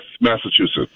Massachusetts